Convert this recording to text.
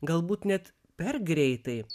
galbūt net per greitai